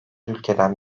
ülkeden